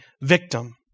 victim